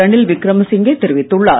ரணில் விக்ரமசிங்கே தெரிவித்துள்ளார்